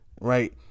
right